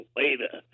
later